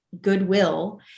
goodwill